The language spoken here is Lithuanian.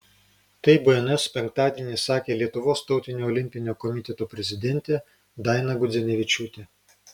tai bns penktadienį sakė lietuvos tautinio olimpinio komiteto prezidentė daina gudzinevičiūtė